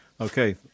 Okay